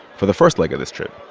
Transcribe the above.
for the first leg of this trip.